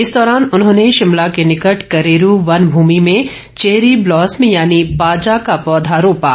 इस दौरान उन्होंने शिमला के निकट करेरू वन भूमि में चेरी ब्लॉसम यानि पाजा का पौधा रोपा